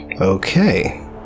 Okay